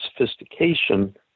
sophistication